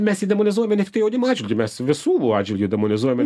mes jį demonizuojame ne tiktai jaunimo atžvilgiu mes visų atžvilgiu demonizuojame